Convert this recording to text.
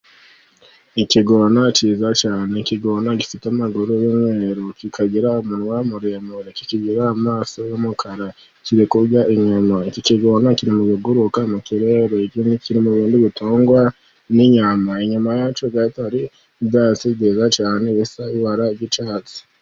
Ikigona kiza cyane, ni ikigona gifite amaguru y'umweru kikagira umunwa muremure kikagira amaso y'umukara, kiri kurya inyama. Iki kigona kiri mu biguruka mu kirere, iki kiri mu bintu bitungwa n'inyama, inyuma yacyo gato hari ibyatsi byiza cyane bisa n'ibara ry'icyatsi.